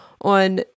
on